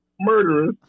murderers